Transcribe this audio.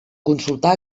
consultar